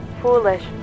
Foolish